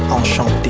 enchanté